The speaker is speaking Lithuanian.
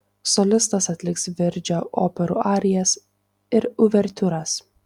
solistas atliks verdžio operų arijas ir uvertiūras